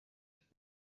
مامانم